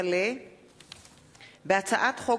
הצעת חוק